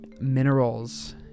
minerals